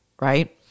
right